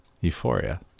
Euphoria